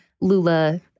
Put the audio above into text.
Lula